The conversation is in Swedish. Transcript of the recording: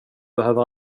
behöver